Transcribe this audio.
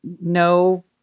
no